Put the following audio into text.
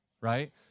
right